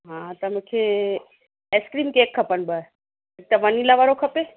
हा त मूंखे आइसक्रीम केक खपनि ॿ हिक त वनिला वारो खपे